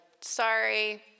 sorry